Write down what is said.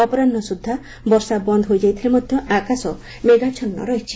ଅପରାହ୍ନ ସୁଦ୍ଧା ବର୍ଷା ବନ୍ଦ ହୋଇଯାଇଥିଲେ ମଧ୍ୟ ଆକାଶ ମେଘାଚ୍ଛନ୍ନ ରହିଛି